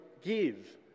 give